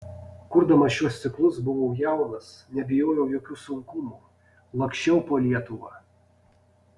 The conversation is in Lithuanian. kurdamas šiuos ciklus buvau jaunas nebijojau jokių sunkumų laksčiau po lietuvą